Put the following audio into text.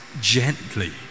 gently